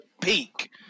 peak